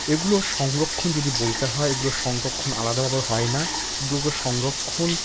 এগুলো সংরক্ষণ যদি বলতে হয় এগুলো সংরক্ষণ আলাদাভাবে হয় না এগুলোকে সংরক্ষণ